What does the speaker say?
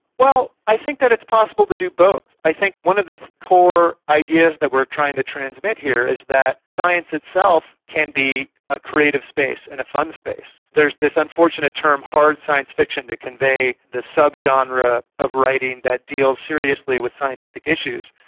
well, i think that it's possible to do both. i think one of the core ideas that we are trying to transmit here is that science itself can be a creative space and a fun space. there's this unfortunate term hard science-fiction to convey the subgenre ah of writing that deals seriously with scientific issues.